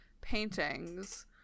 paintings